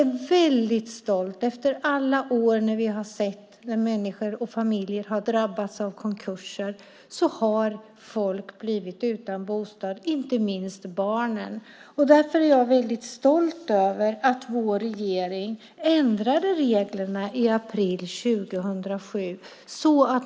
Under alla år har vi sett att familjer har drabbats av konkurser och blivit utan bostad, inte minst har barnen då drabbats. Därför är jag väldigt stolt över att vår regering ändrade reglerna i april 2007.